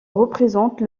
représente